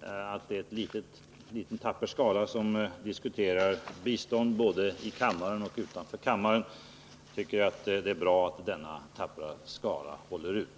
Det är alltid en ganska liten tapper skara som är med när det diskuteras bistånd — både i kammaren och utanför kammaren. Jag tycker det är bra att derna tappra skara håller ut.